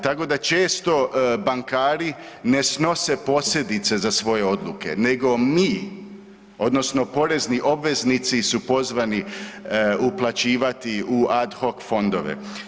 Tako da često bankari ne snose posljedice za svoje odluke nego mi odnosno porezni obveznici su pozvani uplaćivati u ad hoc fondove.